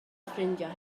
ffrindiau